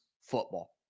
football